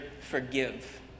forgive